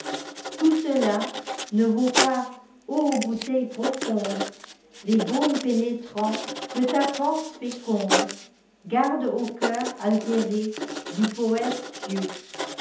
tout cela ne vaut pas ô bouteille profonde les baumes pénétrants que ta panse fécondegarde au cœur altéré du poëte pieux